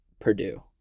Purdue